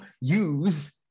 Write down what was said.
use